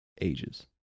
ages